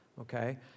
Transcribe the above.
Okay